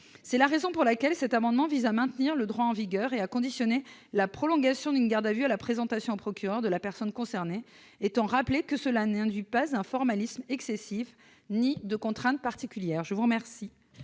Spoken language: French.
C'est la raison pour laquelle cet amendement vise à maintenir le droit en vigueur et à conditionner la prolongation d'une garde à vue à la présentation au procureur de la personne concernée, étant rappelé que cela n'induit pas un formalisme excessif ni des contraintes particulières. Quel